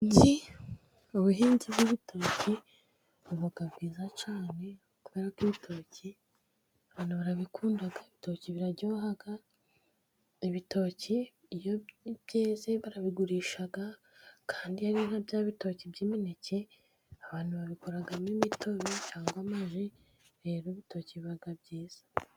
Ubuhinzi bw'ibitoki buba bwiza cyane ,kubera ko ibitoki abantu barabikunda, ibitoki biraryoha ,ibitoki iyo byeze barabigurisha, kandi iyo ari nka bya bitoki by'imineke abantu babikoramo imitobe, cyangwa amaji rero urutoki biba byiza.